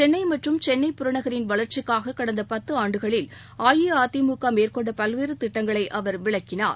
சென்னை மற்றும் சென்னை புறநகரின் வளர்ச்சிக்காக கடந்த பத்து ஆண்டுகளில் அஇஅதிமுக மேற்கொண்ட பல்வேறு திட்டங்களை அவர் விளக்கினார்